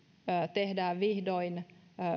tehdään vihdoin